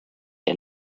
and